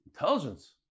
Intelligence